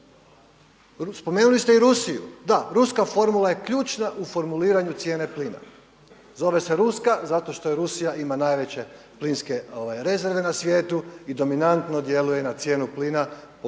Spomenuli ste i Rusiju. Da, ruska formula je ključna u formuliranju cijene plina. Zove se ruska zato što Rusija ima najveće plinske rezerve na svijetu i dominantno djeluje na cijenu plina pogotovo